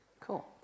Cool